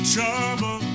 trouble